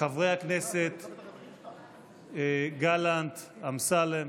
חברי הכנסת גלנט, אמסלם.